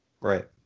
Right